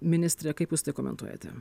ministre kaip jūs tai komentuojate